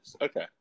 Okay